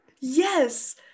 yes